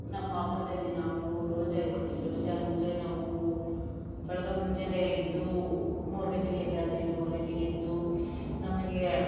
ನಮ್ಮ ಹಬ್ಬದಲ್ಲಿ ನಾವು ರೋಜಾ ಇರ್ತೀವಿ ರೋಜಾ ಅಂದರೆ ನಾವು ಬೆಳಗ್ಗೆ ಮುಂಜಾನೆ ಎದ್ದು ಮೂರು ಗಂಟೆಗೆ ಎದ್ದೆಳ್ತೀವಿ ಮೂರು ಗಂಟೆಗ್ ಎದ್ದು ನಮಗೆ